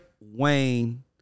Wayne